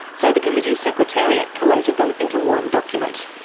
so the committee's secretariat collated them into one document.